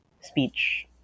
speech